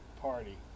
party